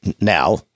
now